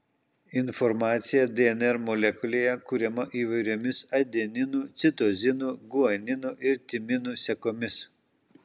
informacija dnr molekulėje kuriama įvairiomis adeninų citozinų guaninų ir timinų sekomis